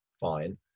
fine